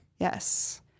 Yes